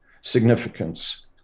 significance